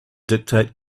dictate